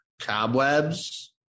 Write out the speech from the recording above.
cobwebs